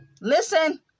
listen